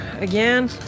Again